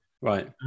Right